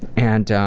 and